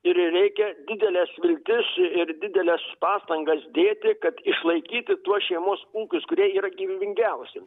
ir reikia dideles viltis ir dideles pastangas dėti kad išlaikyti tuos šeimos ūkius kurie yra gyvybingiausi